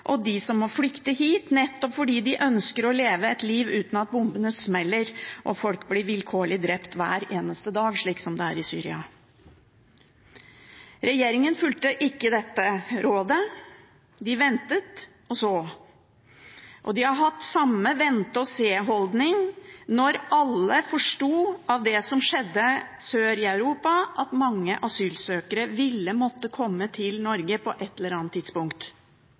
og dem som må flykte hit nettopp fordi de ønsker å leve et liv uten at bombene smeller og folk blir vilkårlig drept hver eneste dag, slik som i Syria. Regjeringen fulgte ikke dette rådet. De ventet og så. De hadde samme vente-og-se-holdning da alle forsto av det som skjedde sør i Europa, at mange asylsøkere ville måtte komme til Norge på et eller annet tidspunkt,